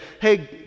hey